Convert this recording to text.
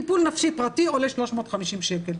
טיפול נפשי פרטי עולה 350 שקל,